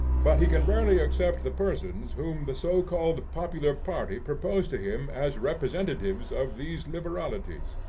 but he can rarely accept the persons whom the so-called popular party propose to him as representatives of these liberalities.